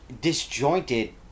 disjointed